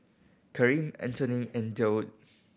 Karim Antone and Durwood